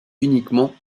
uniquement